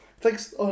Thanks